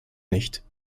nicht